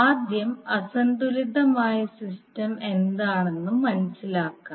ആദ്യം അസന്തുലിതമായ സിസ്റ്റം എന്താണെന്ന് മനസിലാക്കാം